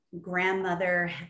grandmother